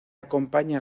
acompaña